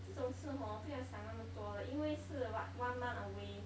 这种事 hor 不要想那么多因为是 what one month away